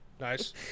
Nice